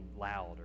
loud